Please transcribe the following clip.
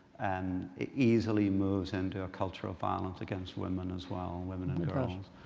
and it easily moves into ah cultural violence against women as well, and women and girls.